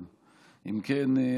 אם כן,